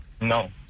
No